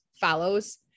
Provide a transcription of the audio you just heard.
follows